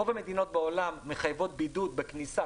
רוב המדינות בעולם מחייבות בידוד בכניסה,